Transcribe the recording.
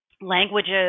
languages